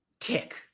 tick